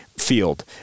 field